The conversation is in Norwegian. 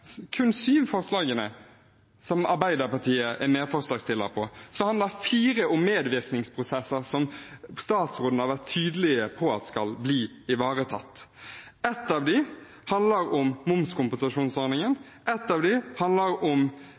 Arbeiderpartiet er medforslagsstiller, handler fire om medvirkningsprosesser som statsråden har vært tydelig på skal bli ivaretatt. Ett av dem handler om momskompensasjonsordningen. Et annet handler om